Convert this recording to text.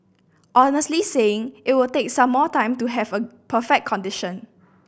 honestly saying it will take some more time to have a perfect condition